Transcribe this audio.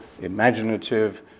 imaginative